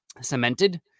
cemented